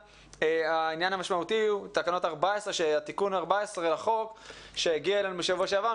העניין המשמעותי הוא תקנות תיקון מס' 14 לחוק שהגיע אלינו בשבוע שעבר,